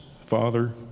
Father